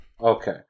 Okay